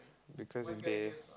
because if they